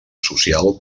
social